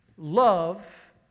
love